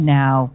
now